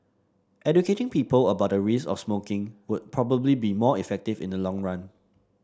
educating people about the risk of smoking would probably be more effective in the long run